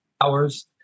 hours